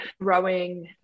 growing